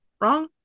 Wrong